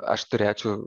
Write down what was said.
aš turėčiau